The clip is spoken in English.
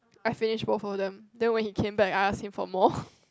I finish both of them then when he came back I ask him for more